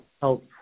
help